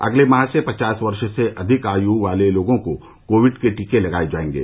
अगले माह से पचास वर्ष से अधिक आयू वाले लोगों को कोविड के टीके लगाये जायेंगे